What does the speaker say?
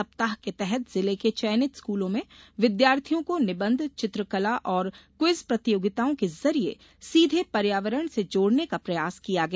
सप्ताह के तहत जिले के चयनित स्कूलों में विद्यार्थियों को निबंध चित्रकला और क्विज प्रतियोगिताओं के जरिये सीधे पर्यावरण से जोडने का प्रयास किया गया